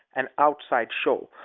an outside show,